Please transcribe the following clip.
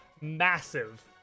massive